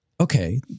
okay